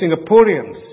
Singaporeans